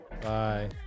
Bye